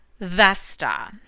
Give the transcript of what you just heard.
Vesta